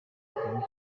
byongeye